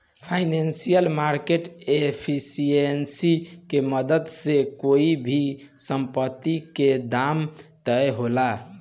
financial market efficiency के मदद से कोई भी संपत्ति के दाम तय होला